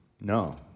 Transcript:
No